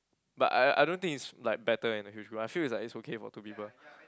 but I I I don't think it's like better in a huge group I feel is like is okay for two people